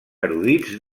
erudits